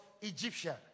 Egyptian